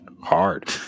Hard